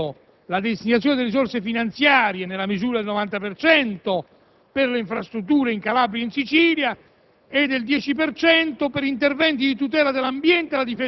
prevedevano, secondo quanto indicato dal decreto, la destinazione delle risorse finanziarie nella misura del 90 per cento per le infrastrutture in Calabria e in Sicilia